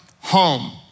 home